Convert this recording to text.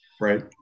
Right